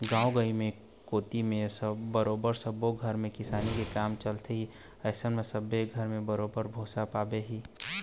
गाँव गंवई कोती बरोबर सब्बे घर म किसानी के काम चलथे ही अइसन म सब्बे घर म बरोबर भुसा पाबे ही